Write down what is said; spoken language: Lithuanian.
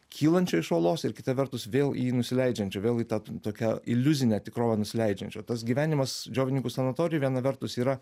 kylančio iš uolos ir kita vertus vėl į jį nusileidžiančio vėl į tą tokią iliuzinę tikrovę nusileidžiančio tas gyvenimas džiovininkų sanatorijoj viena vertus yra